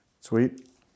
sweet